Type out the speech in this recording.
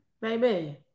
Baby